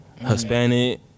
Hispanic